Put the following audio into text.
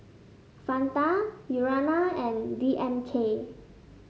Fanta Urana and D M K